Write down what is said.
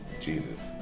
Jesus